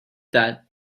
that